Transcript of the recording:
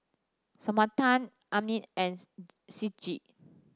Samantha Abner and Ciji